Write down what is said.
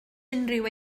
unrhyw